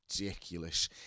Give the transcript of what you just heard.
ridiculous